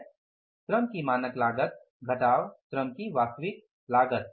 श्रम की मानक लागत घटाव श्रम की वास्तविक लागत